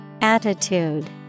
Attitude